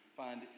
find